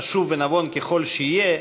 חשוב ונבון ככל שיהיה,